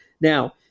Now